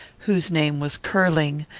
whose name was curling,